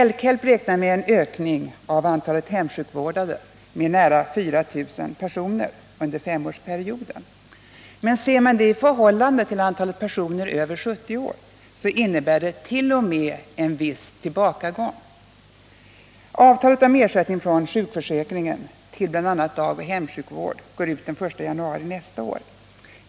L-KELP räknar med en ökning av antalet hemsjukvårdade med nära 4 000 personer under den kommande femårsperioden, men ser man det i förhållande till antalet personer över 70 år, finner man att det t. 0. m. innebär en viss tillbakagång. Avtalet om ersättning från sjukförsäk ringen till bl.a. dagoch hemsjukvård går ut den 1 januari nästa år.